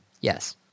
Yes